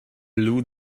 blew